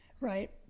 right